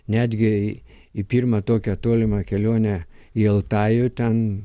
netgi į pirmą tokią tolimą kelionę į altajų ten